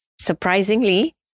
surprisingly